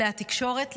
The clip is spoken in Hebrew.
כלי התקשורת,